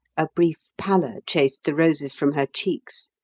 a brief pallor chased the roses from her cheeks,